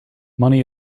money